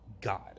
God